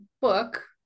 book